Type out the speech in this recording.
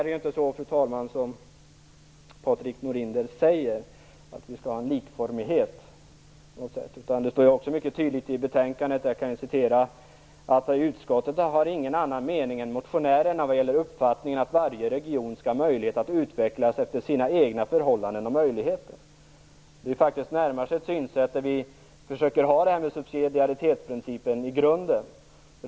Det är inte så som Patrik Norinder säger, dvs. att vi skall ha en likformighet. Det står också mycket tydligt i betänkandet att utskottet inte har någon annan mening än motionärerna vad gäller uppfattningen att varje region skall ha möjlighet att utvecklas efter sina egna förhållanden och möjligheter. Vi närmar oss ett synsätt där vi försöker ha subsidiaritetsprincipen i grunden.